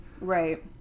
Right